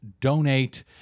donate